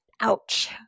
Ouch